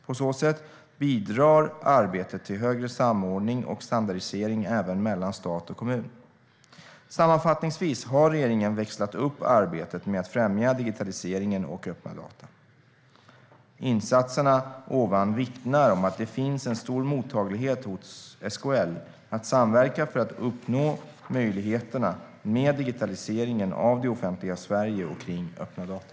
På så sätt bidrar arbetet till högre samordning och standardisering även mellan stat och kommun. Sammanfattningsvis har regeringen växlat upp arbetet med att främja digitaliseringen och öppna data. Nämnda insatser vittnar om att det finns en stor mottaglighet hos SKL att samverka för att uppnå möjligheterna med digitaliseringen av det offentliga Sverige och kring öppna data.